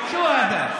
שו הדא?